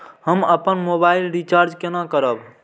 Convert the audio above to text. हम अपन mobile recharge केना करब?